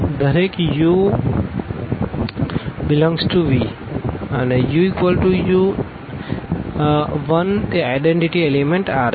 દરેક u∈V1uu1તે identity element R છે